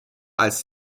als